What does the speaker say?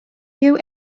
you